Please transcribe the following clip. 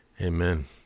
Amen